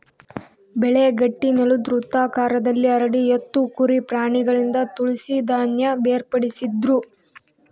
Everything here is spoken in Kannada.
ಬೆಳೆ ಗಟ್ಟಿನೆಲುದ್ ವೃತ್ತಾಕಾರದಲ್ಲಿ ಹರಡಿ ಎತ್ತು ಕುರಿ ಪ್ರಾಣಿಗಳಿಂದ ತುಳಿಸಿ ಧಾನ್ಯ ಬೇರ್ಪಡಿಸ್ತಿದ್ರು